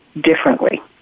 differently